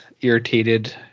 irritated